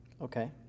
Okay